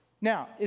Now